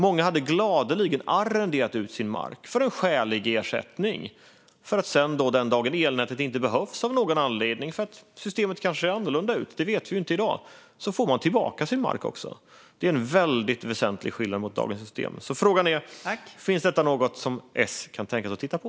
Många hade gladeligen arrenderat ut sin mark till en skälig ersättning, för att sedan få tillbaka sin mark den dagen då elnätet av någon anledning inte längre behövs, kanske för att systemet ser annorlunda ut - det vet vi ju inte i dag. Det vore en väsentlig skillnad mot dagens system. Frågan är alltså: Finns det något som S kan tänka sig att titta på?